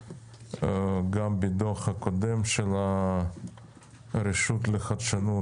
יצא הבוקר דוח חדש של הרשות לחדשנות,